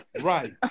Right